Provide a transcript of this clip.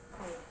!ow!